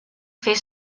fer